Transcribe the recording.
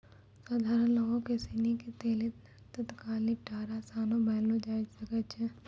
सधारण लोगो सिनी के लेली तत्काल निपटारा असान बनैलो जाय सकै छै